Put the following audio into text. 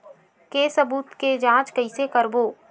के सबूत के जांच कइसे करबो?